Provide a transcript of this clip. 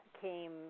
came